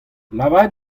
lavaret